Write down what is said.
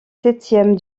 septième